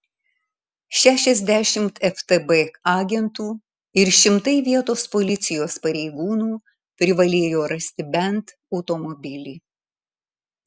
šešiasdešimt ftb agentų ir šimtai vietos policijos pareigūnų privalėjo rasti bent automobilį